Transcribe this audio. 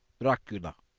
dracula.